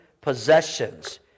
possessions